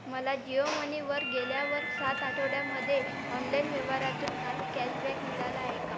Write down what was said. मला जिओ मनीवर गेल्यावर सात आठवड्यामध्ये ऑनलाइन व्यवहारातून काही कॅशबॅक मिळाला आहे का